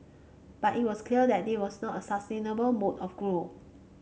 but it was clear that this was not a sustainable mode of growth